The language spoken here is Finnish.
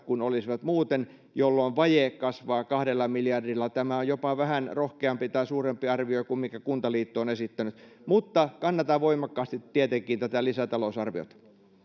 kuin olisivat muuten jolloin vaje kasvaa kahdella miljardilla tämä on jopa vähän rohkeampi tai suurempi arvio kuin minkä kuntaliitto on esittänyt mutta kannatan voimakkaasti tietenkin tätä lisätalousarviota